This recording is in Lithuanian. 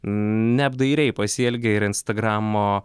neapdairiai pasielgė ir instagramo